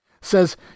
says